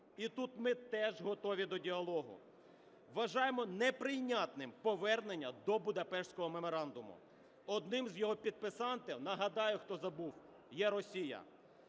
І тут ми теж готові до діалогу. Вважаємо неприйнятним повернення до Будапештського меморандуму. Одним із його підписантів, нагадаю, хто забув, є Росія.